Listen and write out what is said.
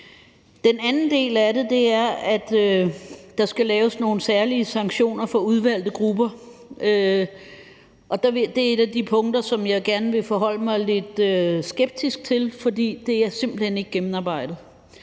Den anden del af det er, at der skal laves nogle særlige sanktioner for udvalgte grupper, og det er et af de punkter, som jeg gerne vil forholde mig lidt skeptisk til, fordi det simpelt hen ikke er gennemarbejdet.